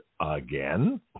again